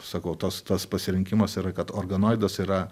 sakau tas tas pasirinkimas yra kad organoidas yra